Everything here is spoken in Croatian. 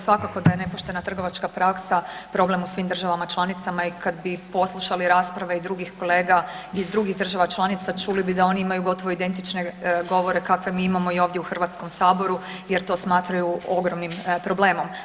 Svakako da je nepoštena trgovačka praksa problem u svim državama članicama i kad bi poslušali rasprave i drugih kolega iz drugih država članica, čuli bi da oni imaju gotovo identične govore kakve mi imamo i ovdje u HS jer to smatraju ogromnim problemom.